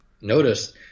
notice